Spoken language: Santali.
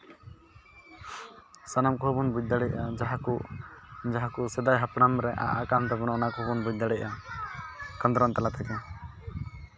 ᱥᱟᱱᱟᱢ ᱠᱚᱦᱚᱸ ᱵᱚᱱ ᱵᱩᱡᱽ ᱫᱟᱲᱭᱟᱜᱼᱟ ᱡᱟᱦᱟᱸ ᱠᱚ ᱥᱮᱫᱟᱭ ᱦᱟᱯᱲᱟᱢ ᱨᱮ ᱟᱜ ᱠᱟᱱ ᱛᱟᱵᱚᱱᱟ ᱚᱱᱟ ᱠᱚᱦᱚᱸ ᱵᱚᱱ ᱵᱩᱡᱽ ᱫᱟᱲᱮᱭᱟᱜᱼᱟ ᱠᱷᱚᱸᱫᱽᱨᱚᱱ ᱛᱟᱞᱟ ᱛᱮᱜᱮ